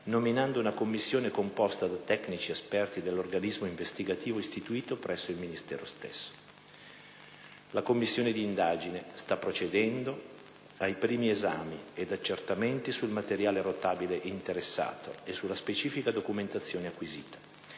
nominando una commissione composta da tecnici esperti dell'organismo investigativo istituito presso il Ministero stesso. La commissione di indagine sta procedendo ai primi esami ed accertamenti sul materiale rotabile interessato e sulla specifica documentazione acquisita.